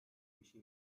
beşe